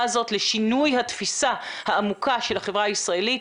הזאת לשינוי התפיסה העמוקה של החברה הישראלית.